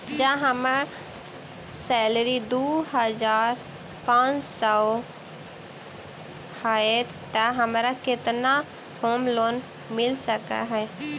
जँ हम्मर सैलरी दु हजार पांच सै हएत तऽ हमरा केतना होम लोन मिल सकै है?